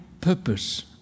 purpose